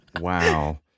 Wow